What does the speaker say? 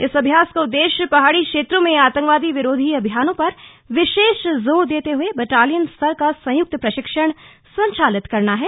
इस अभ्यास का उद्देश्य पहाड़ी क्षेत्रों में आतंकवादी विरोधी अभियानों पर विशेष जोर देते हुए बटालियन स्तर का संयुक्त प्रशिक्षण संचालित करना है